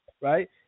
right